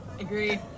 Agree